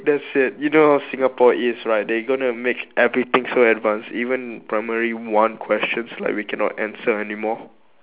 that's it you know singapore is right they're gonna make everything so advanced even primary one questions like we cannot answer anymore